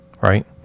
Right